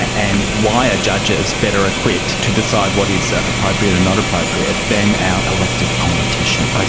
and why are judges better equipped to decide what is appropriate and not appropriate than our elected politicians? like